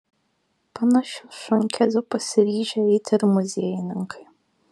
panašiu šunkeliu pasiryžę eiti ir muziejininkai